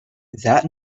that